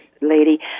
lady